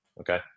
Okay